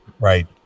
Right